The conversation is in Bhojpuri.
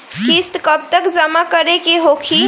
किस्त कब तक जमा करें के होखी?